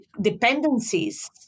dependencies